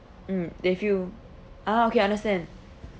mm they feel ah okay understand